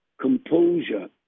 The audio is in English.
composure